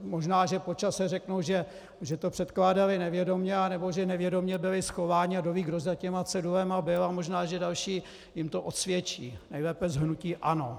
Možná že po čase řeknou, že to předkládali nevědomě, anebo že nevědomě byli schováni a kdoví kdo za těmi cedulemi byl, a možná že další jim to dosvědčí, nejlépe z hnutí ANO.